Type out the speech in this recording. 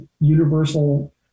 universal